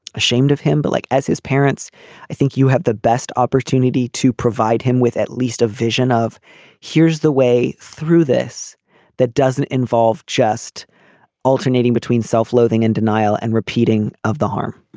ashamed of him. but like as his parents i think you have the best opportunity to provide him with at least a vision of here's the way through this that doesn't involve just alternating between self-loathing and denial and repeating of the harm.